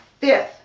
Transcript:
fifth